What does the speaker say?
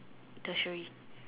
Tertiary